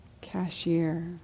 cashier